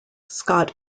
scott